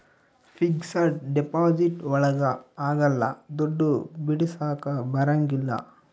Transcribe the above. fixed deposit ಒಳಗ ಅಗ್ಲಲ್ಲ ದುಡ್ಡು ಬಿಡಿಸಕ ಬರಂಗಿಲ್ಲ